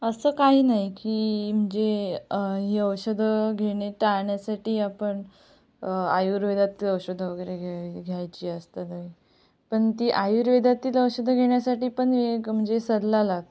असं काही नाही की म्हणजे हे ही औषधं घेणे टाळण्यासाठी आपण आयुर्वेदातली औषधं वगेरे घे घ्यायची असतात ते पण ती आयुर्वेदातील औषधं घेण्यासाठी पण एक म्हणजे सल्ला लागतो